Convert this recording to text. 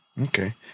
Okay